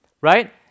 Right